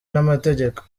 n’amategeko